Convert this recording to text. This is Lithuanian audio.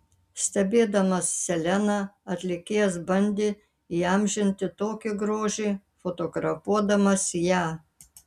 stebėdamas seleną atlikėjas bandė įamžinti tokį grožį fotografuodamas ją